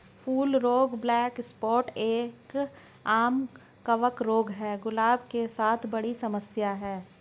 फूल रोग black spot एक, आम कवक रोग है, गुलाब के साथ बड़ी समस्या है